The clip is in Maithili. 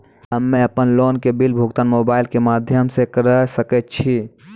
हम्मे अपन लोन के बिल भुगतान मोबाइल के माध्यम से करऽ सके छी?